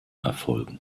erfolgen